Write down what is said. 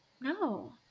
no